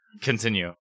continue